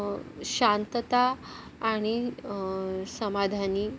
शांतता आणि समाधानी